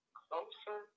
closer